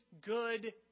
good